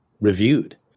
reviewed